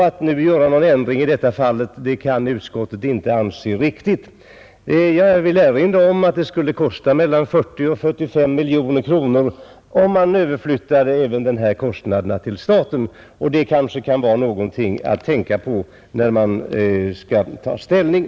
Att nu göra någon ändring i detta fall kan utskottet inte anse riktigt. Jag vill erinra om att det skulle kosta mellan 40 miljoner och 45 miljoner kronor, om man överflyttar även denna kostnad till staten. Det kanske kan vara någonting att tänka på, när man skall ta ställning.